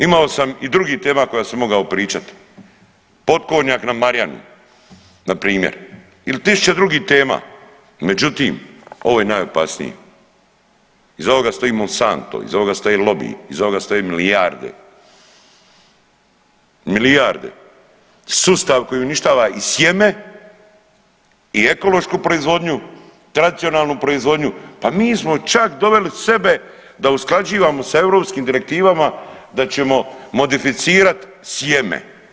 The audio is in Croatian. Imao sam i drugih tema o kojima sam mogao pričat Potkornjak na Marjanu npr. ili tisuće drugih tema, međutim ovo je najopasniji, iza ovoga stoji Monsanto, iza ovoga stoji lobi, iza ovoga stoji milijarde, milijarde, sustav koji uništava i sjeme i ekološku proizvodnju, tradicionalnu proizvodnju, pa mi smo čak doveli sebe da usklađivamo sa europskim direktivama da ćemo modificirat sjeme.